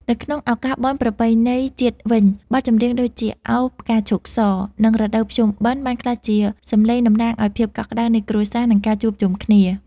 នៅក្នុងឱកាសបុណ្យប្រពៃណីជាតិវិញ បទចម្រៀងដូចជា ឱ! ផ្កាឈូកស និង រដូវភ្ជុំបិណ្ឌ បានក្លាយជាសម្លេងតំណាងឱ្យភាពកក់ក្តៅនៃគ្រួសារ និងការជួបជុំគ្នា។